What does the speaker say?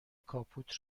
کاپوت